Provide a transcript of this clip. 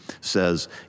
says